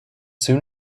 soon